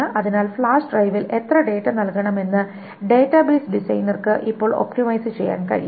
അതിനാൽ ഫ്ലാഷ് ഡ്രൈവിൽ എത്ര ഡാറ്റ നൽകണമെന്ന് ഡാറ്റാബേസ് ഡിസൈനർക്ക് ഇപ്പോൾ ഒപ്റ്റിമൈസ് ചെയ്യാൻ കഴിയും